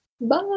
Bye